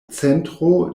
centro